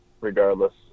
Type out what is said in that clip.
regardless